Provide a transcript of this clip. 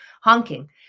honking